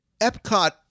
Epcot